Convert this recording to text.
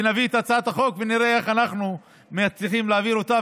ונביא את הצעת החוק ונראה איך אנחנו מצליחים להעביר אותה.